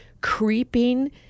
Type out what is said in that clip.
creeping